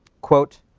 quote.